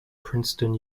princeton